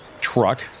truck